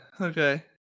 Okay